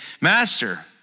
Master